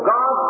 God